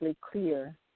clear